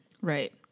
right